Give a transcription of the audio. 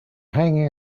hanging